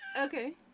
okay